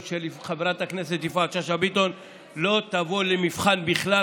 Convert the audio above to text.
של חברת הכנסת יפעת שאשא ביטון לא תבוא למבחן בכלל,